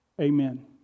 Amen